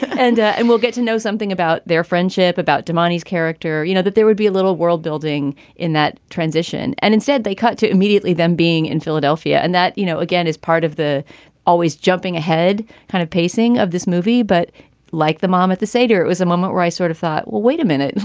and and we'll get to know something about their friendship, about dumanis character. you know, that there would be a little world building in that transition. and instead, they cut to immediately them being in philadelphia. and that, you know, again, is part of the always jumping ahead kind of pacing of this movie. but like the mom at the sader, it was a moment where i sort of thought, well, wait a minute.